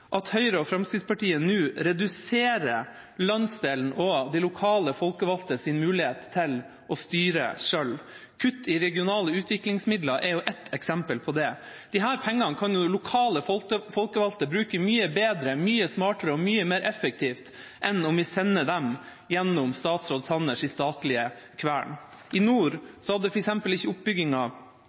at Høyre og Fremskrittspartiet nå reduserer landsdelen og de lokale folkevalgtes mulighet til å styre selv. Kutt i regionale utviklingsmidler er ett eksempel på det. Disse pengene kan jo lokale folkevalgte bruke mye bedre, mye smartere og mye mer effektivt enn om vi sender dem gjennom statsråd Sanners statlige kvern. I nord hadde f.eks. ikke